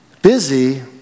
Busy